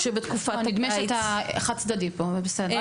זה חד צדדי פה אבל בסדר.